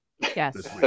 yes